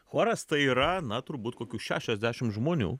choras tai yra na turbūt kokių šešiasdešim žmonių